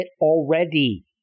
already